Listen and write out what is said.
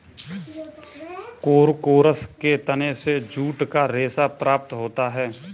Corchorus के तने से जूट का रेशा प्राप्त होता है